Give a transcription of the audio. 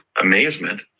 amazement